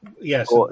Yes